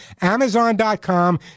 Amazon.com